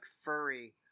furry